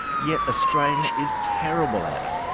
yet australia is terrible at it.